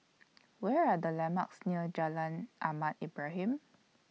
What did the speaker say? What Are The landmarks near Jalan Ahmad Ibrahim